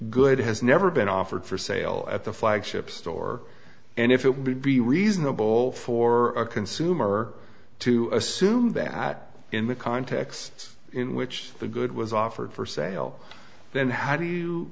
good has never been offered for sale at the flagship store and if it would be reasonable for a consumer to assume that in the context in which the good was offered for sale then how do you